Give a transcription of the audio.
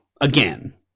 again